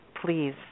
please